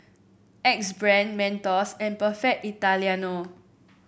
Axe Brand Mentos and Perfect Italiano